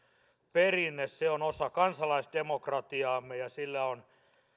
perinne se on osa kansalaisdemokratiaamme ja sillä on